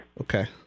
Okay